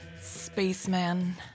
Spaceman